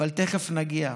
אבל תכף נגיע.